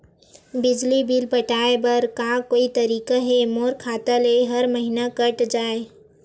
बिजली बिल पटाय बर का कोई तरीका हे मोर खाता ले हर महीना कट जाय?